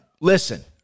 listen